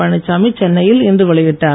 பழனிச்சாமி சென்னையில் இன்று வெளியிட்டார்